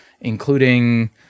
including